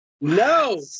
No